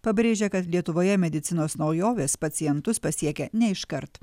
pabrėžia kad lietuvoje medicinos naujovės pacientus pasiekia ne iškart